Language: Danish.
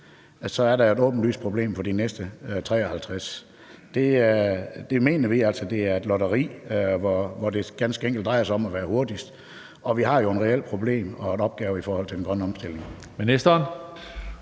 er der et åbenlyst problem for de næste 53. Det mener vi altså er et lotteri, hvor det ganske enkelt drejer sig om at være hurtigst. Vi har jo et reelt problem og en opgave i forhold til den grønne omstilling.